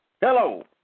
Hello